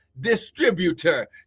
distributor